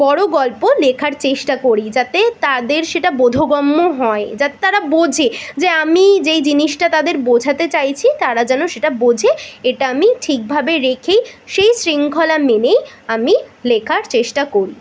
বড়ো গল্প লেখার চেষ্টা করি যাতে তাদের সেটা বোধগম্য হয় যাতে তারা বোঝে যে আমি যেই জিনিসটা তাদের বোঝাতে চাইছি তারা যেন সেটা বোজে এটা আমি ঠিকভাবে রেখেই সেই শৃঙ্খলা মেনেই আমি লেখার চেষ্টা করি